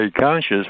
conscious